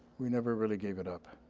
we never really gave it up.